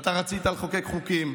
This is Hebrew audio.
ואתה רצית לחוקק חוקים,